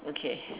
okay